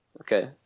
okay